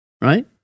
right